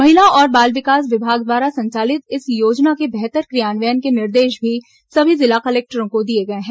महिला और बाल विकास विभाग द्वारा संचालित इस योजना के बेहतर क्रियान्वयन के निर्देश भी सभी जिला कलेक्टरों को दिए गए हैं